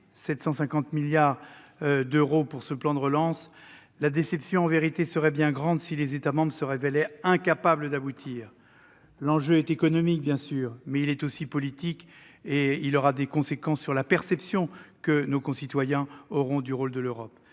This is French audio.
750 milliards d'euros serait allouée au plan de relance, la déception serait bien grande si les États se révélaient incapables d'aboutir. L'enjeu est économique, bien sûr, mais il est aussi politique, et il aura des conséquences sur la perception que nos concitoyens auront du rôle de l'Europe.